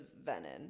venom